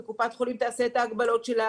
קופת חולים תעשה את ההגבלות שלה,